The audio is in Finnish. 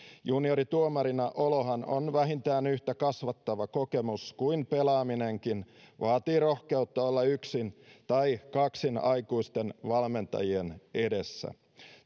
juniorituomarina olohan on vähintään yhtä kasvattava kokemus kuin pelaaminenkin vaatii rohkeutta olla yksin tai kaksin aikuisten valmentajien edessä